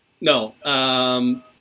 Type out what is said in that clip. No